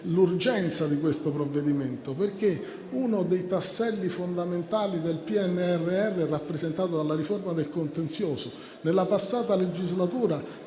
l'urgenza di questo provvedimento, perché uno dei tasselli fondamentali del PNRR è rappresentato dalla riforma del contenzioso. Nella passata legislatura